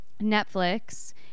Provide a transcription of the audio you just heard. Netflix